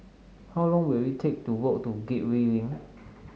how long will it take to walk to Gateway Link